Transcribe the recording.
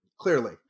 Clearly